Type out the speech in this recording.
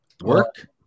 Work